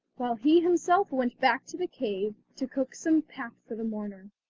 while he himself went back to the cave to cook some pap for the mourner.